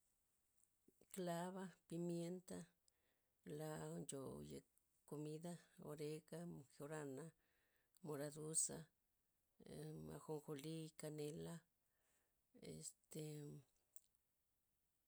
Klava', pimienta', la ncho yet komida orega', mejorana', moraduza' amm- anjojoli, kanela' este.